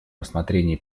рассмотрении